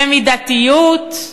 במידתיות,